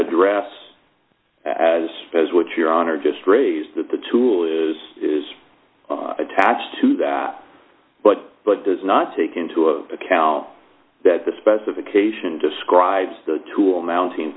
address as as what your honor just raised that the tool is attached to that but but does not take into account that the specification describes the tool mounting